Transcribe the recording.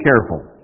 careful